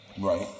Right